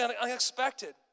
unexpected